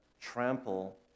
trample